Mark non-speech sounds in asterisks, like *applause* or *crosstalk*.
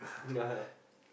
*laughs*